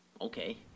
Okay